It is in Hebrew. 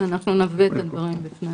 אנחנו נביא את הדברים.